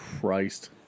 Christ